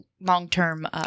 long-term